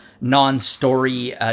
non-story